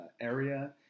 area